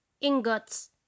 ingots